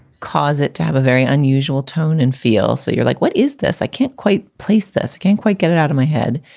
cause it to have a very unusual tone and feel. so you're like, what is this? i can't quite place this can't quite get it out of my head.